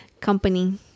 company